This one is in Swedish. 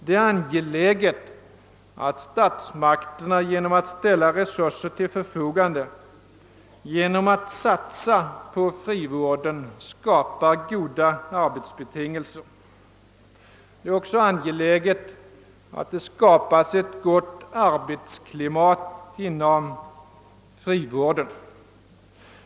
Det är angeläget att statsmakterna genom att ställa resurser till förfogande och genom att satsa på frivården skapar goda arbetsbetingelser och ett gott arbetsklimat över huvud taget inom frivården.